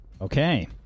Okay